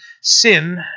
sin